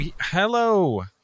Hello